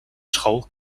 school